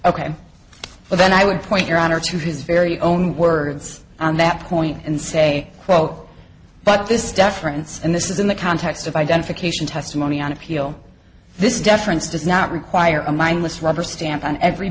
ok but then i would point your honor to his very own words on that point and say quote but this deference and this is in the context of identification testimony on appeal this deference does not require a mindless rubber stamp on every